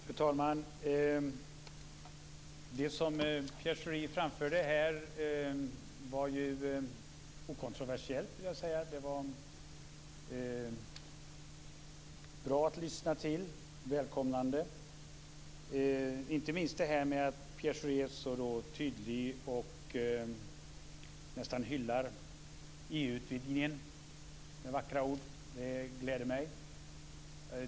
Fru talman! Det som Pierre Schori framförde här var ju okontroversiellt. Det kändes bra att lyssna till. Det var välkommet, inte minst att Pierre Schori är så tydlig och nästan hyllar EU-utvidgningen med vackra ord. Det gläder mig.